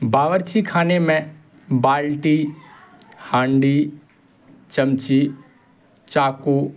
باورچی خانے میں بالٹی ہانڈی چمچی چاقو